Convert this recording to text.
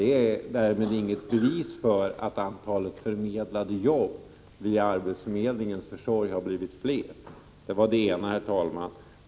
Det är dock inget bevis för att de jobb som förmedlats via arbetsförmedlingens försorg har blivit fler. Det var det ena jag ville säga.